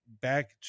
back